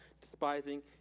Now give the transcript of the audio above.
despising